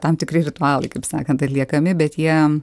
tam tikri ritualai kaip sakant atliekami bet jie